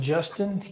Justin